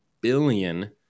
billion